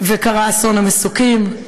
וקרה אסון המסוקים,